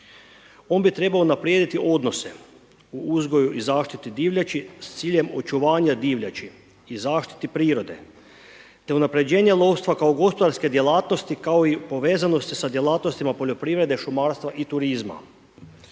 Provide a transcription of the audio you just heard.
On bi trebao unaprijediti odnose u uzgoju i zaštiti divljači s ciljem očuvanja divljači i zaštiti prirode, te unapređenja lovstva kao gospodarske djelatnosti, kao i povezanosti sa djelatnostima poljoprivrede, šumarstva i turizma.